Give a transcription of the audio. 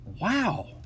wow